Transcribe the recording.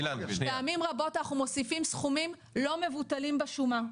פעמים רבות אנחנו מוסיפים סכומים לא מבוטלים בשומה,